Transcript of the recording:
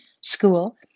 school